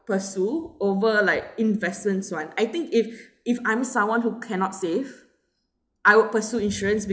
pursue over like investments [one] I think if if I'm someone who cannot save I would pursue insurance be~